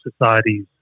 societies